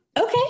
Okay